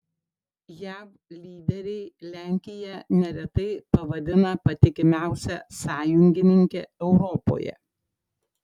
jav lyderiai lenkiją neretai pavadina patikimiausia sąjungininke europoje